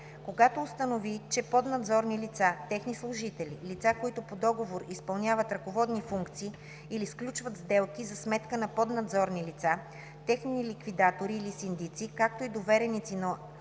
„Когато установи, че поднадзорни лица, техни служители, лица, които по договор изпълняват ръководни функции или сключват сделки за сметка на поднадзорни лица, техни ликвидатори или синдици, както и довереници на